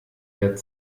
wärt